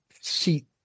seat